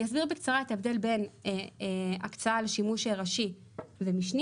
אני אסביר בקצרה את ההבדל בין הקצאה לשימוש ראשי ומשני,